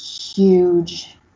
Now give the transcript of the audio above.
huge